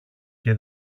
και